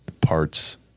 parts